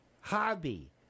hobby